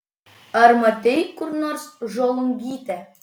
ar matei kur nors žolungytę